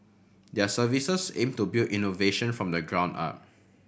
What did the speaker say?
their services aim to build innovation from the ground up